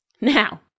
Now